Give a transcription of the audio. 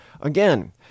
again